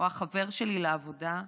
או החבר שלי לעבודה.